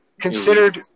considered